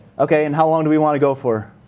okay, and how long do we want to go for?